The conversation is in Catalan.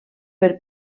per